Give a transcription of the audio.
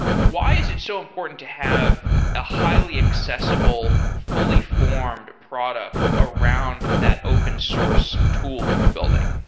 why is it so important to have a highly accessible, fully formed product around that open source tool that you're building?